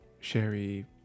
sherry